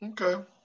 Okay